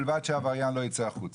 בלבד שהעבריין לא יצא החוצה.